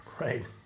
Right